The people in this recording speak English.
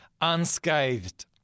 unscathed